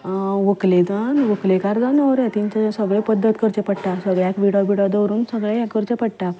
व्हंकलेकार जावं न्हवरेकार म्हणजे सगली पद्दत करची पडटा सगल्याक विडो दवरून सगलें हें करचें पडटा